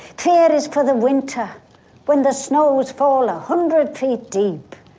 fear is for the winter when the snows fall a hundred feet deep.